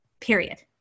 period